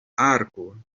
arko